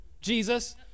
jesus